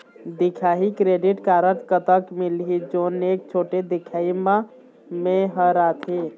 दिखाही credit card कतक मिलही जोन एक छोटे दिखाही म मैं हर आथे?